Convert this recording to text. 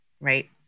right